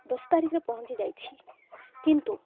ଦଶ ତାରିଖରେ ପହଞ୍ଚିଯାଇଛି କିନ୍ତୁ